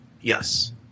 Yes